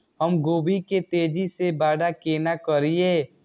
हम गोभी के तेजी से बड़ा केना करिए?